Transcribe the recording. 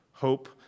Hope